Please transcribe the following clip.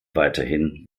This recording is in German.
weiterhin